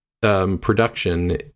Production